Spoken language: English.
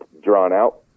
drawn-out